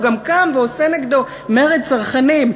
הוא גם קם ועושה נגדו מרד צרכנים.